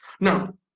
Now